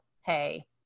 Hey